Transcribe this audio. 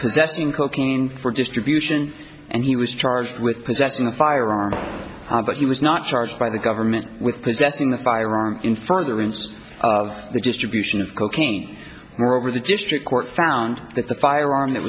possessing cocaine for distribution and he was charged with possessing a firearm but he was not charged by the government with possessing a firearm in furtherance of the distribution of cocaine or over the district court found that the firearm that